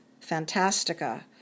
Fantastica